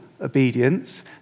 obedience